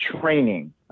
training